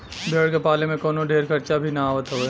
भेड़ के पाले में कवनो ढेर खर्चा भी ना आवत हवे